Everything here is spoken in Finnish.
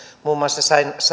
muun muassa